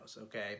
okay